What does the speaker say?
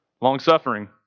Long-suffering